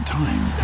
time